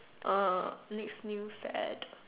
err next new fad